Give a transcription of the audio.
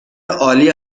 عالی